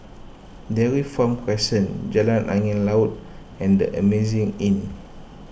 Dairy Farm Crescent Jalan Angin Laut and the Amazing Inn